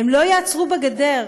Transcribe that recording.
הן לא יעצרו בגדר.